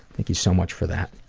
thank you so much for that.